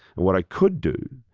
what i could do,